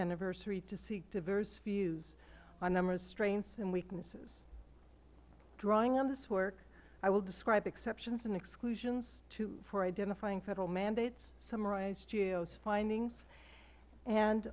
anniversary to seek diverse views on umra restraints and weaknesses drawing on this work i will describe exceptions and exclusions for identifying federal mandates summarize gaos findings and